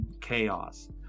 chaos